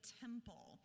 temple